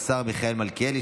הוא השר מיכאל מלכיאלי,